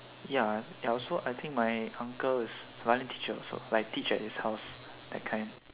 ya ya I also I think my uncle is violin teacher also like teach at his house that kind